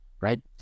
right